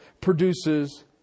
produces